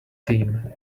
team